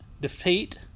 defeat